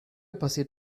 passiert